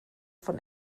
von